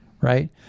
right